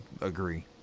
agree